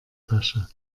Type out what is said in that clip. tasche